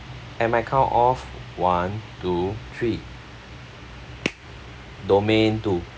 at my count of one two three domain two